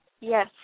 Yes